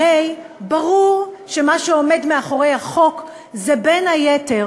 הרי ברור שמה שעומד מאחורי החוק זה בין היתר